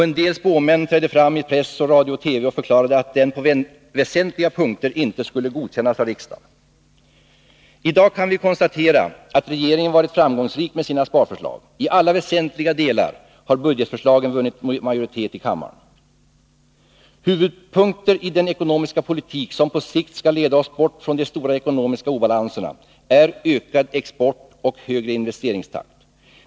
En del spåmän trädde fram i press och radio-TV och förklarade att den på väsentliga punkter inte skulle godkännas av riksdagen. I dag kan vi konstatera att regeringen varit framgångsrik med sina sparförslag. I alla väsentliga delar har budgetförslaget vunnit majoritet i kammaren. Huvudpunkter i den ekonomiska politik som på sikt skall leda oss bort från de stora ekonomiska obalanserna är ökad export och högre investeringstakt.